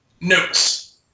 Notes